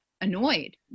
annoyed